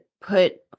put